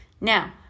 Now